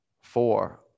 four